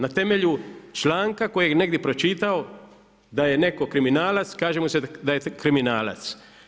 Na temelju članka kojeg je negdje pročitao da je netko kriminalac, kaže mu se da je kriminalac.